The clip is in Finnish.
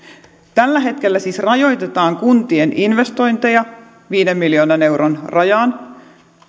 tällä hetkellä siis rajoitetaan kuntien investointeja viiden miljoonan euron rajaan